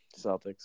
Celtics